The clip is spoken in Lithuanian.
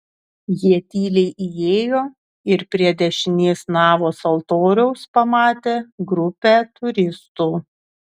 jie tyliai įėjo ir prie dešinės navos altoriaus pamatė grupę turistų